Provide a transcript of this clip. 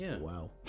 wow